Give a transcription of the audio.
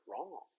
wrong